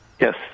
Yes